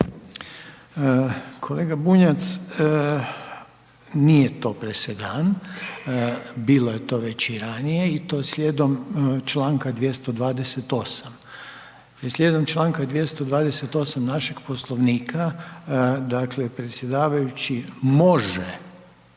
Kolega Bunjac, nije to presedan, bilo je to već i ranije i to slijedom čl. 228., slijedom čl. 228. našeg Poslovnika, dakle, predsjedavajući može,